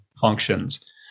functions